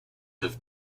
have